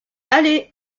allez